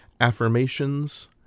Affirmations